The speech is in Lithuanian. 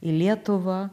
į lietuvą